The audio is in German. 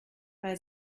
bei